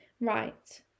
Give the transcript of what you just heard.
Right